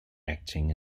acting